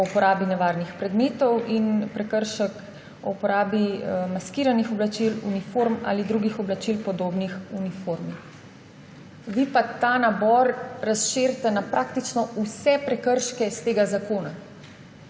o uporabi nevarnih predmetov in prekršek o porabi maskiranih oblačil, uniform ali drugih oblačil, podobnih uniformi … Vi pa ta nabor razširjate na praktično vse prekrške iz tega zakona.